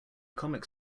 comic